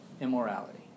immorality